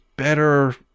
better